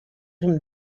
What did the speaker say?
him